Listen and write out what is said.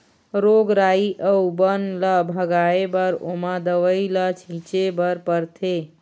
रोग राई अउ बन ल भगाए बर ओमा दवई ल छिंचे बर परथे